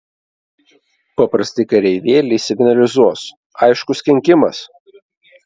paprasti kareivėliai signalizuos aiškus kenkimas